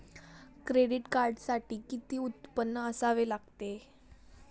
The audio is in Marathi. क्रेडिट कार्डसाठी किती उत्पन्न असावे लागते?